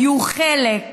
היו חלק,